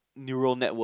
neural network